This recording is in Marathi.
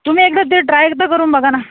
तुम्ही एकदा ते ट्राय तर करून बघा ना